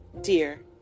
Dear